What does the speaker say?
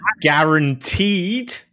guaranteed